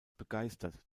begeistert